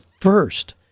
first